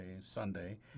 Sunday